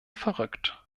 verrückt